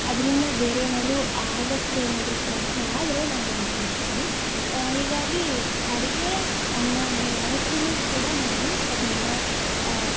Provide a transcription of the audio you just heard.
ಅದರಿನ್ನ ಬೇರೆ ಏನಾದರೂ ಆಗೋಕ್ ಏನಾದರೂ ಪ್ರಯತ್ನ ಆದರೆ ನಾನು ಮಾಡೇ ಮಾಡ್ತೀನಿ ಹೀಗಾಗಿ ಅಡ್ಗೆ ಅನ್ನವನ್ನು ಯಾವತ್ತೂ ಕೂಡ ನಾವು ಅದನ್ನು